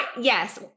Yes